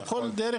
אותו הנער,